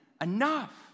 enough